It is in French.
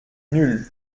nulle